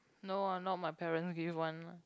no ah not my parent give one lah